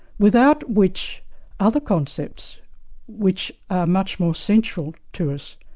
without which other concepts which are much more central to us,